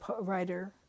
writer